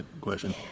question